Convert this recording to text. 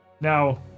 Now